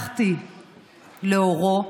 לא משנה למי הם